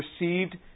received